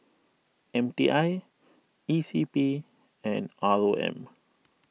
M T I E C P and R O M